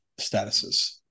statuses